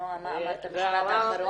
נועה, מה אמרת במשפט האחרון?